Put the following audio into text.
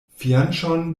fianĉon